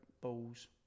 balls